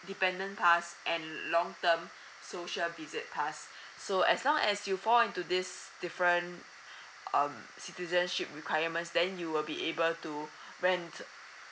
dependent pass and long term social visit pass so as long as you fall into these different um citizenship requirements then you will be able to rent